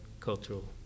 cultural